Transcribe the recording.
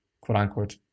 quote-unquote